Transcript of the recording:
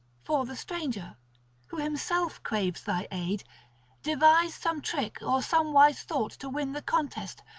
for the stranger who himself craves thy aid devise some trick or some wise thought to win the contest,